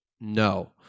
No